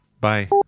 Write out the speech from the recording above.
Bye